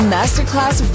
Masterclass